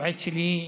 היועץ שלי,